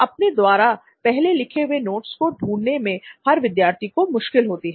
अपने द्वारा पहले लिखे हुए नोट्स को ढूंढने में हर विद्यार्थी को मुश्किल होती है